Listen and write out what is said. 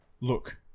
look